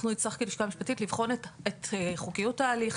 אנחנו נצטרך כלשכה משפטית לבחון את חוקיות ההליך,